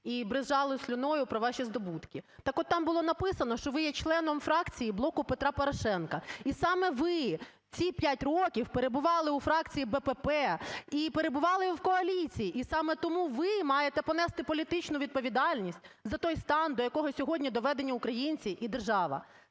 і бризжали слиною про ваші здобутки. Так от, там було написано, що ви є членом фракції "Блоку Петра Порошенка", і саме ви ці 5 років перебували у фракції "Блок Петра Порошенка", і перебували в коаліції, і саме тому ви маєте понести політичну відповідальність за той стан, до якого сьогодні доведені українці і держава.